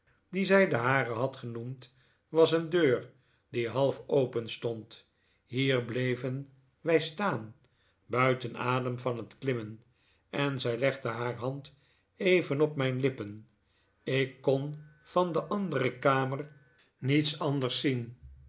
die zij de hare had genoemd was een deur die half openstond hier bleven wij staan buiten adem van het klimmen en zij legde haar hand even op mijn lippen ik kon van de andere kamer niets anders zien